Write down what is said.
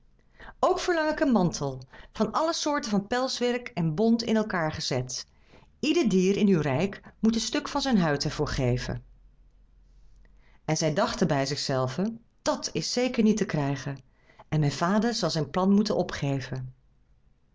verlang ik een mantel van alle soorten van pelswerk en bont in elkaâr gezet ieder dier in uw rijk moet een stuk van zijn huid er voor geven en zij dacht bij zichzelve dàt is zeker niet te krijgen en mijn vader zal zijn plan moeten opgeven